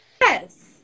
Yes